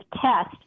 test